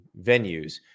venues